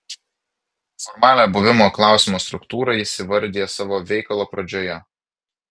formalią buvimo klausimo struktūrą jis įvardija savo veikalo pradžioje